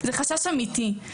זה חשש אמיתי.